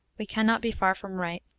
we can not be far from right.